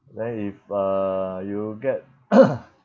then if uh you get